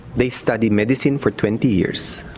they study medicine for twenty years,